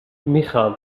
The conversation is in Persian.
میخام